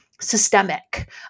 systemic